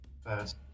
first